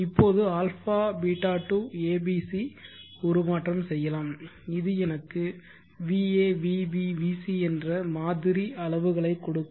இப்போது αβ to abc உருமாற்றம் செய்யலாம் இது எனக்கு va vb vc என்ற மாதிரி அளவுகளை கொடுக்கும்